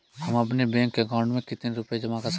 हम अपने bank account में कितने रुपये जमा कर सकते हैं?